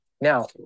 Now